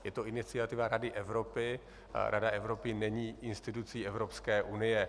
Je to iniciativa Rady Evropy a Rada Evropy není institucí Evropské unie.